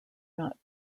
not